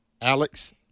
Alex